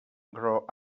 grow